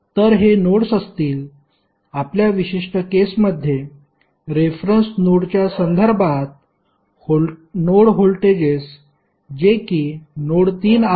तर हे नोड्स असतील आपल्या विशिष्ट केसमध्ये रेफरन्स नोडच्या संदर्भात नोड व्होल्टेजेस जेकी नोड 3 आहे